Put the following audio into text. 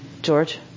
George